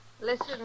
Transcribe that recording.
Listen